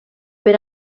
per